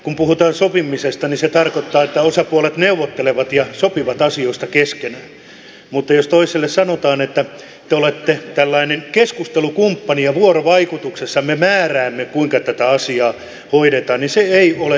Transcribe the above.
kun puhutaan sopimisesta niin se tarkoittaa että osapuolet neuvottelevat ja sopivat asioista keskenään mutta jos toiselle sanotaan että te olette tällainen keskustelukumppani ja vuorovaikutuksessa me määräämme kuinka tätä asiaa hoidetaan niin se ei ole yhteiskuntasopimus